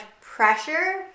pressure